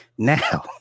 Now